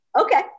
Okay